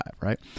right